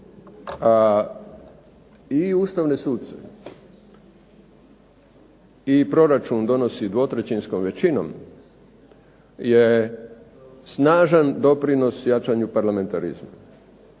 se i ustavne suce i proračun donosi dvotrećinskom većinom je snažan doprinos jačanju parlamentarizma.